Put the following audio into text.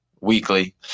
weekly